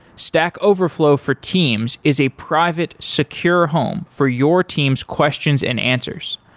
stack overflow for teams is a private secure home for your teams' questions and answers.